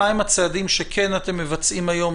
מהם הצעדים שאתם מבצעים היום,